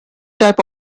type